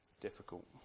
difficult